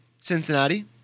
Cincinnati